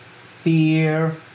fear